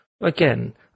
Again